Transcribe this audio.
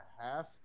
half